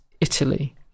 Italy